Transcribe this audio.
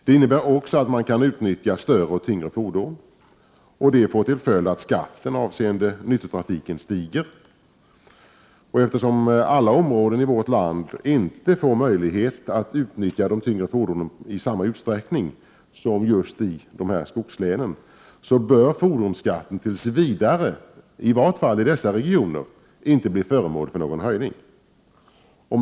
Det innebär också att man kan utnyttja större och tyngre fordon, och det får till följd att skatten avseende nyttotrafiken stiger. Eftersom alla områden i vårt land inte får möjlighet att utnyttja de tyngre fordonen i samma utsträckning som just skogslänen, bör fordonsskatten tills vidare, i varje fall i dessa regioner, inte bli föremål för någon höjning. Herr talman!